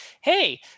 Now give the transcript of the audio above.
hey